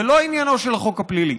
זה לא עניינו של החוק הפלילי.